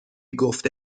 گفته